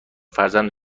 فرزند